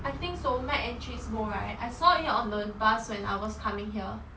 I think so mac and cheese bowl right I saw it on the bus when I was coming here